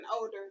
older